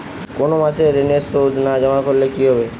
কোনো মাসে ঋণের সুদ জমা না করলে কি হবে?